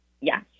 Yes